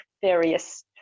various